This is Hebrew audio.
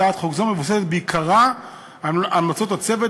הצעת חוק זו מבוססת בעיקרה על המלצות הצוות